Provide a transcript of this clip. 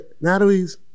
Natalie's